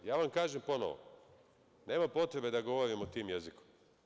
Kažem vam ponovo, nema potrebe da govorimo tim jezikom.